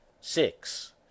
six